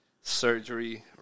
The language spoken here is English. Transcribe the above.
Surgery